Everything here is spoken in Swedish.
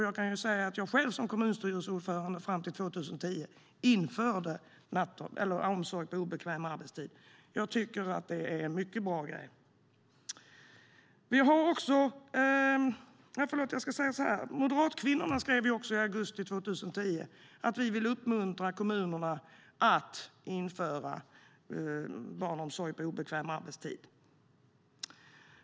Jag kan säga att jag själv, som kommunstyrelseordförande fram till 2010, införde omsorg på obekväm arbetstid. Jag tycker att det är mycket bra. Moderatkvinnorna skrev i augusti 2010 att vi ville uppmuntra kommunerna att införa barnomsorg på obekväm arbetstid.